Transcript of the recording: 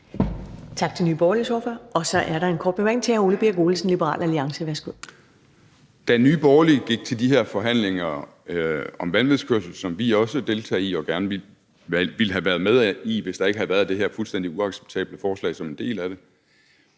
Tak til Nye Borgerliges ordfører. Så er der en kort bemærkning til hr. Ole Birk Olesen, Liberal Alliance. Værsgo. Kl. 10:48 Ole Birk Olesen (LA): Da Nye Borgerlige gik til de her forhandlinger om vanvidskørsel, som vi også ville deltage i og gerne ville have været med i, hvis der ikke havde været det her fuldstændig uacceptable forslag som en del af det,